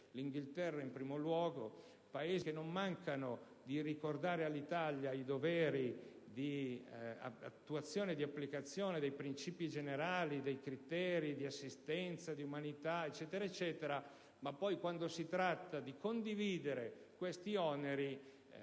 (Inghilterra in primo luogo); Paesi che non mancano di ricordare all'Italia i doveri di attuazione e applicazione dei principi generali, dei criteri di assistenza, di umanità e così via, ma che poi, quando si tratta di condividerne gli oneri,